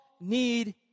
need